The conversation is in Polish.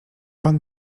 pan